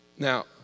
Now